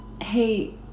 Hey